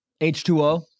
H2O